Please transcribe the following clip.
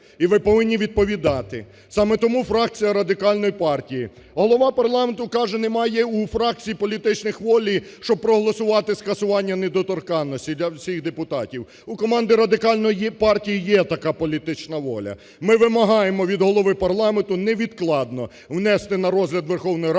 і ви повинні відповідати. Саме тому фракція Радикальної партії… Голова парламенту каже, що немає у фракцій політичних волі, щоб проголосувати скасування недоторканності для всіх депутатів. У команди Радикальної партії є така політична воля, ми вимагаємо від Голови парламенту невідкладно внести на розгляд Верховної Ради